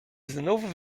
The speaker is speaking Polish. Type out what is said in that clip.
znów